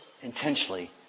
intentionally